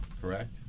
correct